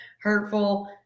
hurtful